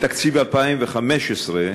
בתקציב 2015,